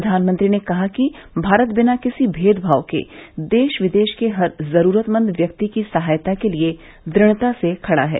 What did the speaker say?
प्रधानमंत्री ने कहा कि भारत बिना किसी भेदभाव के देश विदेश के हर जरूरतमंद व्यक्ति की सहायता के लिए दुढ़ता से खड़ा है